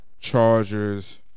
Chargers